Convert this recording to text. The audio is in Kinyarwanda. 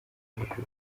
hejuru